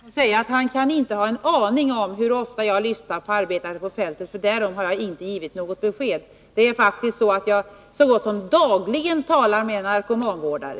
Fru talman! Sten Svensson kan inte ha en aning om hur ofta jag lyssnar till dem som arbetar ute på fältet, för därom har jag inte givit något besked. Jag talar faktiskt så gott som dagligen med narkomanvårdare.